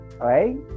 right